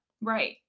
Right